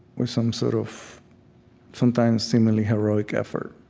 with some sort of sometimes seemingly heroic effort,